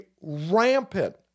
rampant